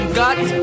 got